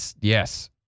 Yes